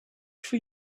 for